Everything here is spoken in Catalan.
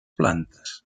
plantes